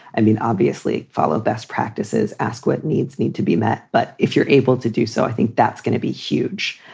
i mean, obviously, follow best practices, ask what needs need to be met. but if you're able to do so, i think that's going to be huge.